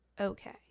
okay